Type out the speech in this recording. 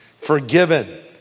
forgiven